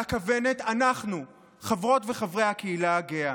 על הכוונת, אנחנו, חברות וחברי הקהילה הגאה.